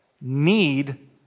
need